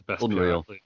Unreal